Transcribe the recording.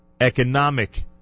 economic